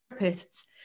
therapists